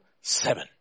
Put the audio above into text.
seven